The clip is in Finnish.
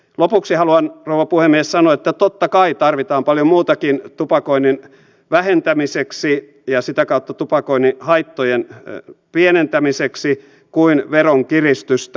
lopuksi haluan rouva puhemies sanoa että totta kai tarvitaan paljon muutakin tupakoinnin vähentämiseksi ja sitä kautta tupakoinnin haittojen pienentämiseksi kuin veronkiristystä